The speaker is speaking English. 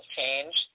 change